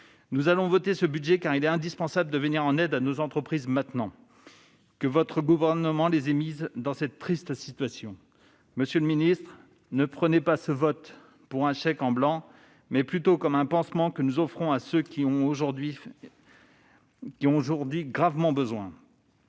nous allons voter ce budget, car il est indispensable de venir en aide à nos entreprises, maintenant que le Gouvernement les a mises dans cette triste situation. Prenez donc ce vote non pour un chèque en blanc, mais plutôt comme un pansement que nous offrons à ceux qui en ont aujourd'hui gravement besoin.